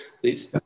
please